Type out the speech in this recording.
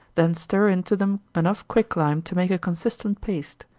then stir into them enough quicklime to make a consistent paste,